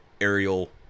aerial